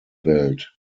welt